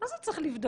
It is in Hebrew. מה זה צריך לבדוק?